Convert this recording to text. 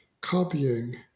copying